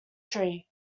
tree